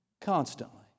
Constantly